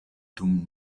dum